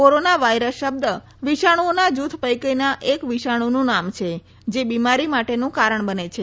corona virus શબ્દ વિષાણુઓના જુથ પૈકીના એક વિષાણુનુ નામ છે જે આ બિમારી માટેનું કારણ બને છે